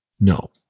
No